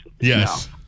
Yes